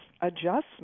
adjustment